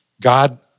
God